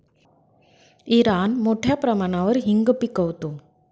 Iran मोठ्या प्रमाणावर हिंग पिकवतो